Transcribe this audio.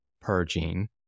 purging